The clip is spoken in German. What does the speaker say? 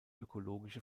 ökologische